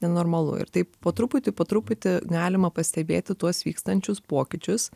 nenormalu ir taip po truputį po truputį galima pastebėti tuos vykstančius pokyčius